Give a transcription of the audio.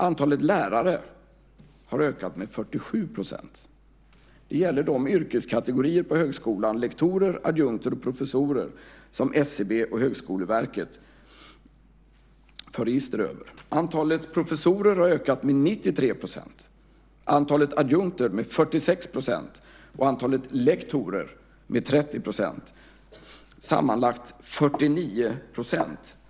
Antalet lärare har ökat med 47 %. Det gäller de yrkeskategorier på högskolan, lektorer, adjunkter och professorer, som SCB och Högskoleverket för register över. Antalet professorer har ökat med 93 %, antalet adjunkter med 46 % och antalet lektorer med 30 %. Sammanlagt är det 47 %.